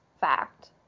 fact